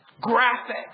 graphic